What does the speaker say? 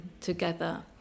together